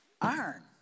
iron